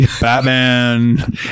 Batman